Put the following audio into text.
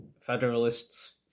Federalists